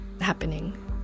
happening